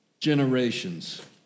Generations